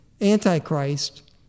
Antichrist